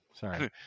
sorry